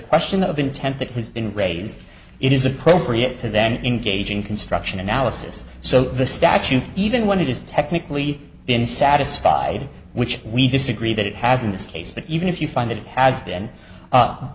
question of intent that has been raised it is appropriate to then engage in construction analysis so the statute even when it is technically been satisfied which we disagree that it has in this case but even if you find it has been